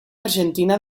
argentina